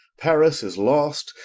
paris is lost,